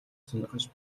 сонирхож